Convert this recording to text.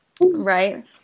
Right